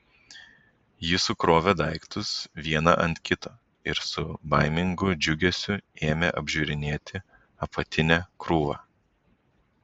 ji sukrovė daiktus vieną ant kito ir su baimingu džiugesiu ėmė apžiūrinėti apatinę krūvą